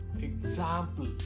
example